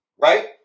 Right